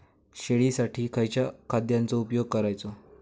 शेळीसाठी खयच्या खाद्यांचो उपयोग करायचो?